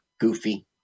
goofy